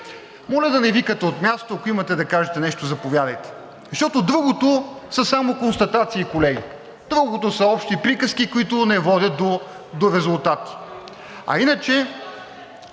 Моля да не викате от място, ако имате да кажете нещо, заповядайте. Защото другото са само констатации, колеги. Другото са общи приказки, които не водят до резултати. А иначе